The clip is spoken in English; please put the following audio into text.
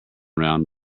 round